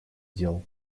дел